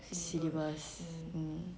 syllabus mm